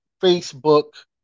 Facebook